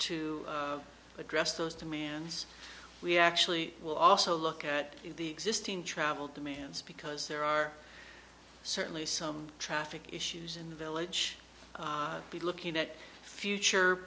to address those demands we actually will also look at the existing travel demands because there are certainly some traffic issues in the village be looking at future